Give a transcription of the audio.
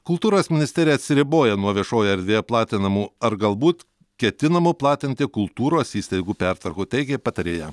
kultūros ministerija atsiriboja nuo viešoje erdvėje platinamų ar galbūt ketinamų platinti kultūros įstaigų pertvarkų teigė patarėja